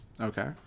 Okay